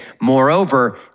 moreover